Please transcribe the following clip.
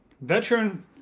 veteran